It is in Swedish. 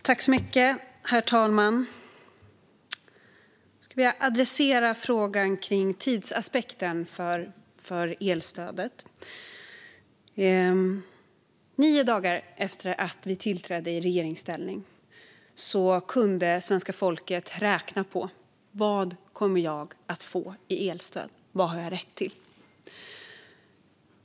Herr talman! Jag vill adressera frågan om tidsaspekten för elstödet. Nio dagar efter att vi tillträdde i regeringsställning kunde svenska folket räkna på vad man kommer att få i elstöd och vad man har rätt till.